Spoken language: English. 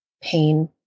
pain